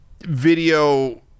video